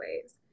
ways